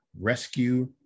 rescue